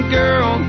girl